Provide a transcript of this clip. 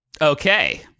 Okay